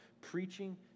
preaching